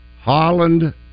Holland